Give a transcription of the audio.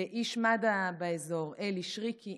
ולאיש מד"א באזור אלי שריקי.